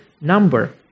number